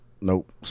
Nope